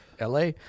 LA